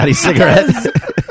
cigarettes